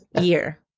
year